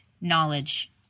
knowledge